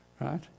right